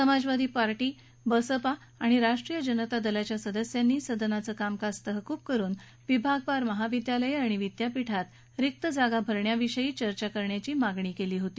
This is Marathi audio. समाजवादी पक्ष बसपा आणि राष्ट्रीय जनता दलाच्या सदस्यांनी सदनाचं कामकाज तहकूब करुन विभागानुसार महाविद्यालयं आणि विद्यापीठांत रिक्त जागा भरण्यावर चर्चा करण्याची मागणी केली होती